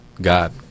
God